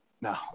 No